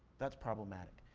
that's problematic.